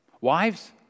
wives